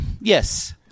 yes